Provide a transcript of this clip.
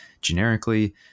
generically